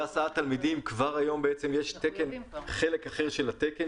כבר היום יש חלק אחר של התקן,